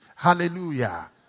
Hallelujah